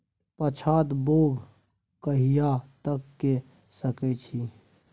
पछात बौग कहिया तक के सकै छी?